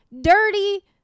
dirty